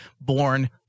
born